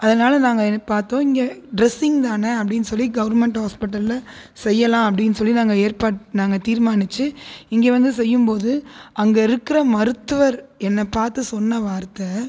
அதனால் நாங்கள் பார்த்தோம் இங்கே ட்ரெஸ்ஸிங் தானே அப்படினு சொல்லி கோவர்ன்மெண்ட் ஹாஸ்பிடலில் செய்யலாம் அப்படினு சொல்லி நாங்கள் ஏற்பாடு நாங்கள் தீர்மானிச்சு இங்கே வந்து செய்யும் போது அங்கே இருக்கிற மருத்துவர் என்ன பார்த்து சொன்ன வார்த்தை